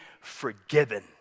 forgiven